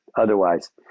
Otherwise